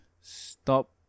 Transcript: stop